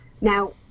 Now